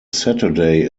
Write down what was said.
saturday